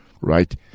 right